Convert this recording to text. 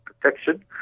protection